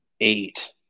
eight